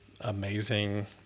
amazing